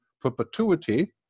perpetuity